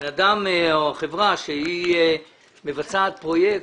בן אדם או חברה שהיא מבצעת פרויקט,